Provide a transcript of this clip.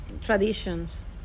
traditions